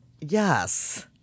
Yes